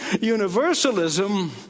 Universalism